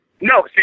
No